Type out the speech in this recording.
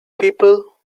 people